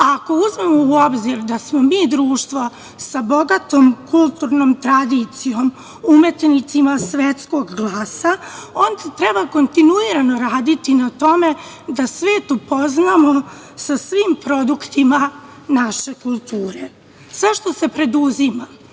ako uzmemo u obzir da smo mi društvo sa bogatom kulturnom tradicijom, umetnicima svetskog glasa, onda treba kontinuirano raditi na tome da svet upoznamo sa svim produktima naše kulture. Sve što se preduzima